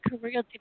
career